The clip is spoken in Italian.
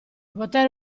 poter